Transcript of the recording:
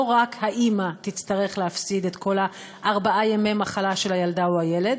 לא רק האימא תצטרך להפסיד את כל ארבעת ימי המחלה של הילדה או הילד,